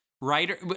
Writer